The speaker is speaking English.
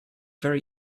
very